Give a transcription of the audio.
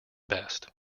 best